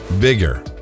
bigger